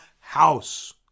house